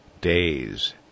days